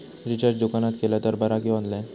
Recharge दुकानात केला तर बरा की ऑनलाइन?